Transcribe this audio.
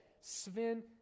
Sven